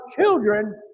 children